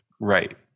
Right